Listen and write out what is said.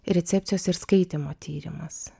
recepcijos ir skaitymo tyrimas